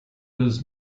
was